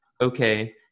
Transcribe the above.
okay